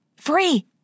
Free